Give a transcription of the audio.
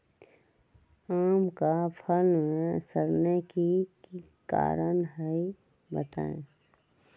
आम क फल म सरने कि कारण हई बताई?